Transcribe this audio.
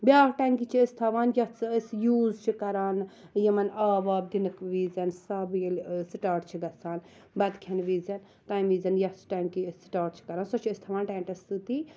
بیاکھ ٹیٚنکی چھِ أسۍ تھاوان یتھ سُہ أسۍ یوٗز چھِ کَران یِمَن آب واب دِنہٕ وِزیٚن سَب ییٚلہِ سٹاٹ چھِ گَژھان بَتہٕ کھیٚنہٕ وِزیٚن تمہِ وِزیٚن یۄس ٹیٚنکی أسۍ سٹاٹ چھِ کَران سۄ چھِ أسۍ تھاوان ٹیٚنٹَس سۭتی